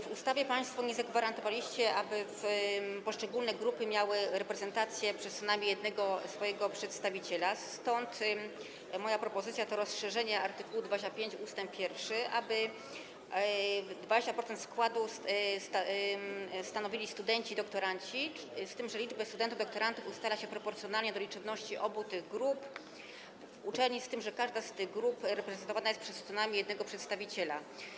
W ustawie państwo nie zagwarantowaliście tego, aby poszczególne grupy miały reprezentację przez co najmniej jednego swojego przedstawiciela, stąd moja propozycja, to rozszerzenie art. 25 ust. 1, aby 20% składu stanowili studenci i doktoranci, z tym że liczbę studentów i doktorantów ustala się proporcjonalnie do liczebności obu tych grup w uczelni, z tym że każda z tych grup reprezentowana jest przez co najmniej jednego przedstawiciela.